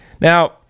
Now